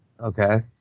Okay